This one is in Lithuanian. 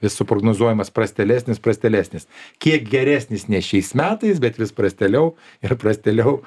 vis suprognozuojamas prastelesnis prastelesnis kiek geresnis ne šiais metais bet vis prastėliau ir prastėliau